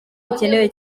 bikenewe